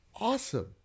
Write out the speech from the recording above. Awesome